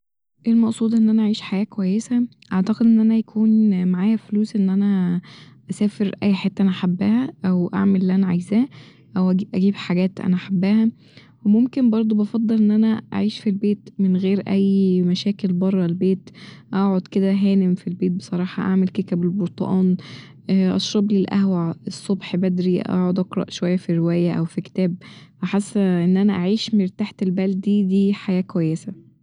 ايه المقصود ان انا اعيش حياة كويسة ؟ اعتقد إن أنا يكون معايا فلوس إن أنا أسافر أي حتة أنا حباها أو أعمل اللي أنا عايزاه أو أ- أجيب حاجات أنا حباها و ممكن برضه بفضل إن أنا أعيش ف البيت من غير أي مشاكل بره البيت ، أقعد كده هانم ف البيت بصراحة ، اعمل كيكة بالبرتقان اشربلي القهوة ع الصبح بدري اقعد اقرأ شوية ف رواية أو ف كتاب فحاسه إن أنا اعيش مرتاحة البال دي دي حياة كويسة